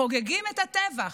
חוגגים את הטבח.